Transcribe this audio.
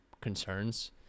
concerns